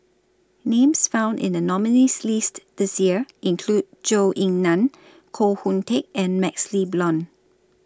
Names found in The nominees' list This Year include Zhou Ying NAN Koh Hoon Teck and MaxLe Blond